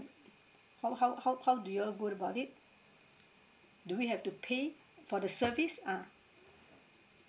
how how how how do you all go about it do we have to pay for the service ah